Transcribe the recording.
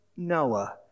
Noah